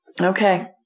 Okay